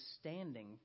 standing